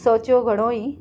सोचियो घणो ई